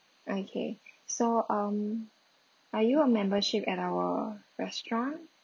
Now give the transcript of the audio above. okay so um are you a membership at our restaurant